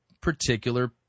particular